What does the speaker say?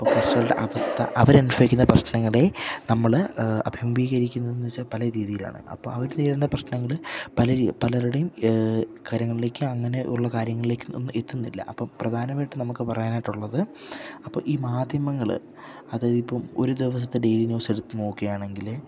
അപ്പം പ്രശ്നങ്ങൾ അവസ്ഥ അവർ അനുഭവിക്കുന്ന പ്രശ്നങ്ങളെ നമ്മൾ അഭിമുഖികരിക്കുന്നു എന്ന് വെച്ചാൽ പല രീതിയിലാണ് അപ്പം അവർ നേരിടുന്ന പ്രശ്നങ്ങൾ പലർ പലരുടേം കാര്യങ്ങളിലേക്ക് അങ്ങനെ ഉള്ള കാര്യങ്ങളിലേക്ക് ഒന്നും എത്തുന്നില്ല അപ്പം പ്രധാനമായിട്ട് നമുക്ക് പറയാനായിട്ടുള്ളത് അപ്പം ഈ മാധ്യമങ്ങൾ അതായത് ഇപ്പം ഒരു ദിവസത്തെ ഡെയ്ലി ന്യൂസെടുത്ത് നോക്കുക ആണെങ്കിൽ